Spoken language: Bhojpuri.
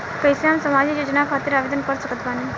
कैसे हम सामाजिक योजना खातिर आवेदन कर सकत बानी?